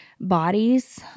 bodies